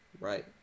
Right